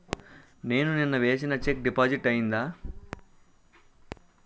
నేను నిన్న వేసిన చెక్ డిపాజిట్ అయిందా?